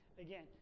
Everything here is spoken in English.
Again